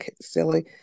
silly